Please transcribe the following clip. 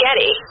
Getty